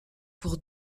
pour